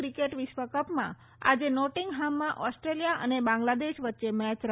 cricket વિશ્વકપમાં આજે નોટીંગહામમાં ઓસ્ટ્રેલિયા અને બાંગ્લાદેશ વચ્ચે મેચ રમાશે